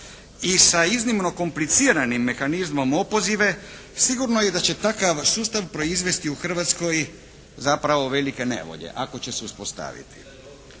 i sa iznimno kompliciranim mehanizmom opoziva sigurno je da će takav sustav proizvesti u Hrvatskoj zapravo velike nevolje ako će se uspostaviti.